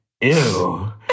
ew